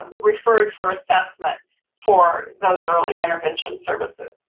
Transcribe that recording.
referred for assessment for those early intervention services.